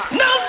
no